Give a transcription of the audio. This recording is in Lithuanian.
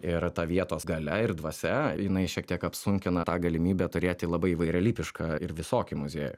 ir ta vietos galia ir dvasia jinai šiek tiek apsunkina tą galimybę turėti labai įvairialypišką ir visokį muziejų